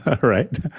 Right